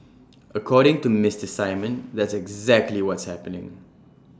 according to Mister simon that's exactly what's happening